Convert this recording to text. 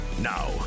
Now